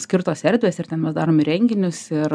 skirtos erdvės ir ten mes darom renginius ir